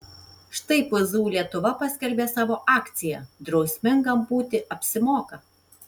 štai pzu lietuva paskelbė savo akciją drausmingam būti apsimoka